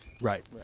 right